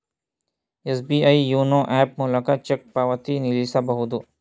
SBI YONO app ಮೂಲಕ cheque ಪಾವತಿ ನಿಲ್ಲಿಸಬಹುದು